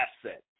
asset